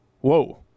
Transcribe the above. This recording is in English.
Whoa